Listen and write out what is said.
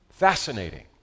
Fascinating